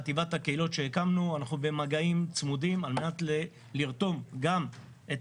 אנחנו במגעים צמודים על מנת לרתום גם את